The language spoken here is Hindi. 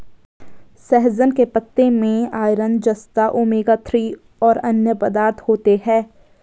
सहजन के पत्ते में आयरन, जस्ता, ओमेगा थ्री और अन्य पदार्थ होते है